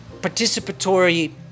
participatory